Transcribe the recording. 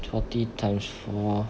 forty times four